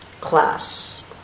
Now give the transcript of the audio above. class